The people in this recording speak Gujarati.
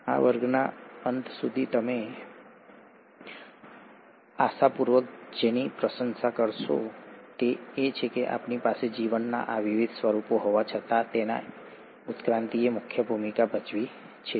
આ વર્ગના અંત સુધીમાં તમે આશાપૂર્વક જેની પ્રશંસા કરશો તે એ છે કે આપણી પાસે જીવનના આ વિવિધ સ્વરૂપો હોવા છતાં તેના ઉત્ક્રાંતિએ મુખ્ય ભૂમિકા ભજવી છે